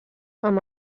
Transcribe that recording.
amb